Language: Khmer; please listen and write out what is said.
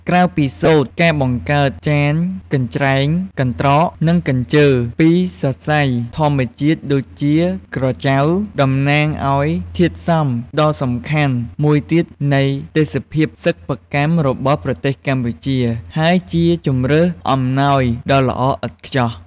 ក្រៅពីសូត្រ ការបង្កើតចាន កញ្រ្ចែង កន្រ្តក និងកញ្ជើរពីសរសៃធម្មជាតិដូចជាក្រចៅ តំណាងឱ្យធាតុផ្សំដ៏សំខាន់មួយទៀតនៃទេសភាពសិប្បកម្មរបស់ប្រទេសកម្ពុជា ហើយជាជម្រើសអំណោយដ៏ល្អឥតខ្ចោះ។